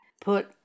put